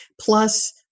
plus